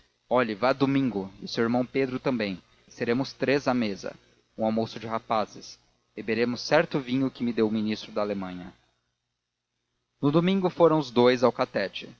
olhe vá domingo e seu irmão pedro também seremos três à mesa um almoço de rapazes beberemos certo vinho que me deu o ministro da alemanha no domingo foram os dous